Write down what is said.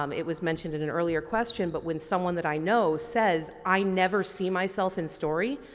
um it was mentioned in an earlier question but when someone that i know says i never see myself in story,